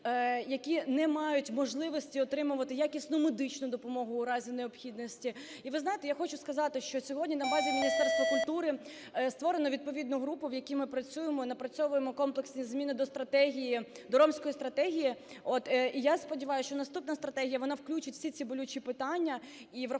які не мають можливості отримувати якісну медичну допомогу у разі необхідності. І ви знаєте, я хочу сказати, що сьогодні на базі Міністерства культури створено відповідну групу, в якій ми працюємо і напрацьовуємо комплексні зміни до стратегії, до "ромської стратегії". І я сподіваюсь, що наступна стратегія, вона включить всі ці болючі питання.